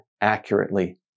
accurately